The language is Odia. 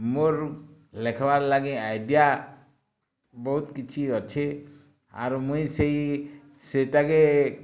ମୋର୍ ଲେଖ୍ବାର୍ ଲାଗି ଆଇଡ଼ିଆ ବହୁତ୍ କିଛି ଅଛି ଆରୁ ମୁଇଁ ସେଇ ସେଟାକେ